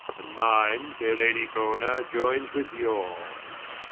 and mine faire lady bona, ioynes with yours